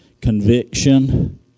conviction